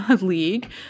league